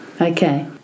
Okay